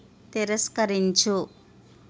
తిరస్కరించు